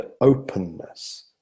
openness